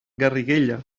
garriguella